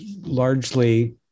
largely